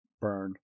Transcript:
burned